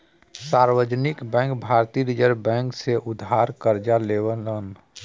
सार्वजनिक बैंक भारतीय reserve bank से उधार करजा लेवलन